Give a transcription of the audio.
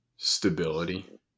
Stability